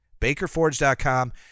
BakerForge.com